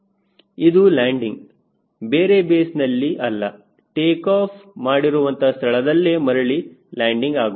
ಇದು ಲ್ಯಾಂಡಿಂಗ್ ಬೇರೆ ಬೇಸ್ನಲ್ಲಿ ಅಲ್ಲ ಟೇಕಾಫ್ ಮಾಡಿರುವಂತಹ ಸ್ಥಳದಲ್ಲೇ ಮರಳಿ ಲ್ಯಾಂಡಿಂಗ್ ಆಗುವುದು